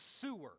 sewer